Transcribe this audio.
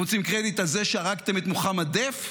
אם אתם רוצים קרדיט על זה שהרגתם את מוחמד דף,